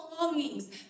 longings